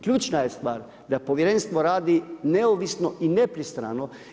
Ključna je stvar da povjerenstvo radi neovisno i nepristrano.